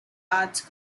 arts